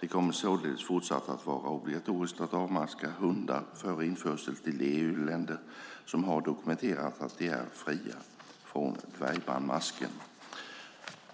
Det kommer således fortsatt att vara obligatoriskt att avmaska hundar före införsel till de EU-länder som har dokumenterat att de är fria från dvärgbandmasken.